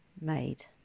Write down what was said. made